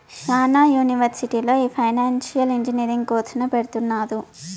శ్యానా యూనివర్సిటీల్లో ఈ ఫైనాన్సియల్ ఇంజనీరింగ్ కోర్సును పెడుతున్నారు